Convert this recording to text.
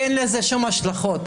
כי אין לזה שום השלכות,